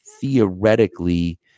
theoretically